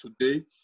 today